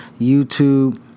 YouTube